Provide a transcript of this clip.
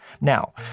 Now